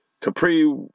Capri